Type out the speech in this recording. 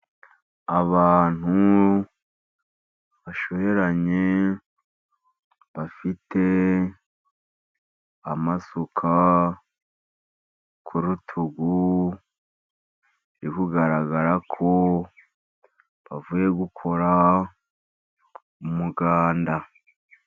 Abantu bashoberanye bafite amasuka ku rutugu, biri kugaragara ko bavuye gukora umuganda.